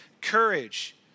courage